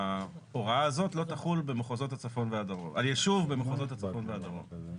שההוראה הזאת לא תחול על יישוב במחוזות הצפון והדרום.